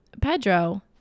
Pedro